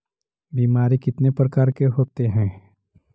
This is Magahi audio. बीमारी कितने प्रकार के होते हैं?